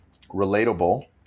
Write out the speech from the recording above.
relatable